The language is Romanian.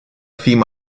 fim